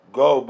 go